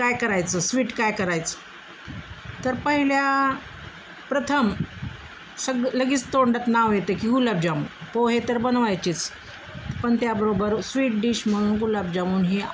काय करायचं स्वीट काय करायचं तर पहिल्या प्रथम सग लगेच तोंडात नाव येतं की गुलाबजाम पोहे तर बनवायचेचपण त्याबरोबर स्वीट डिश म्हणून गुलाबजामुन ही